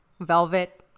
velvet